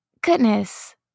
goodness